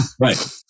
Right